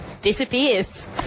disappears